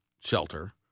shelter